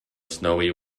snowy